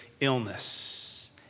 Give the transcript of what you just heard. illness